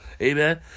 Amen